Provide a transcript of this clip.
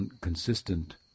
consistent